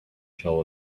tell